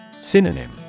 Synonym